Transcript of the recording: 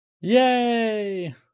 Yay